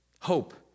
Hope